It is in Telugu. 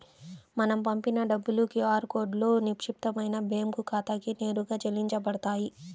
మనం పంపిన డబ్బులు క్యూ ఆర్ కోడ్లో నిక్షిప్తమైన బ్యేంకు ఖాతాకి నేరుగా చెల్లించబడతాయి